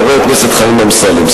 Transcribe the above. חבר הכנסת חיים אמסלם.